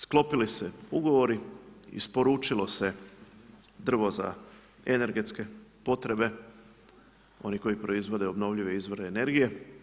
Sklopili su se ugovori, isporučilo se drvo za energetske potrebe onih koji proizvode obnovljive izvore energije.